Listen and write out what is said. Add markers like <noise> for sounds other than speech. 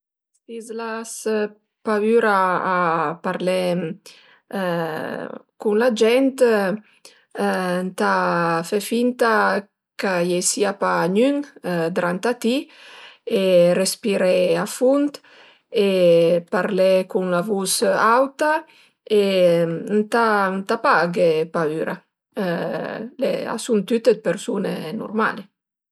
Si l'as paüra a parlé <hesitation> cun la gent ëntà fe finta ch'a i ei sia pa gnün drant a ti e respiré a fund e parlé cun la vus auta e ëntà pa agué paüra <hesitation> a sun tüte persun-e nurmali